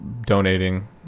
donating